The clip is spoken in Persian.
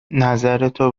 نظرتو